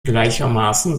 gleichermaßen